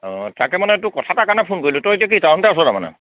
অঁ তাকে মানে তোক কথা এটাৰ কাৰণে ফোন কৰিলোঁ তই এতিয়া কি টাউনতে আছ তাৰমানে